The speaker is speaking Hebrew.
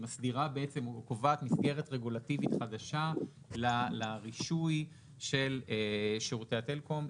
היא מסדירה או קובעת מסגרת רגולטיבית חדשה לרישוי של שירותי הטלפון.